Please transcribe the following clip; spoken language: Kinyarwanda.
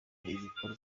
ibikorwa